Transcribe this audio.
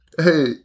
Hey